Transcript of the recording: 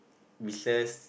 business